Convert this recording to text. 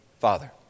Father